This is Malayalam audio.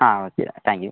ആ ഓക്കെ താങ്ക് യു